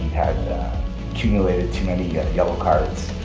had accumulated too many yellow cards,